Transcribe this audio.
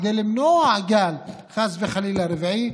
וכדי למנוע חס וחלילה גל רביעי,